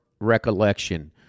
recollection